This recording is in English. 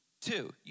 Two